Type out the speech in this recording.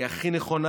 היא הכי נכונה.